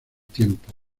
tiempo